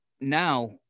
Now